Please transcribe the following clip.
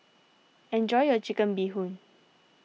enjoy your Chicken Bee Hoon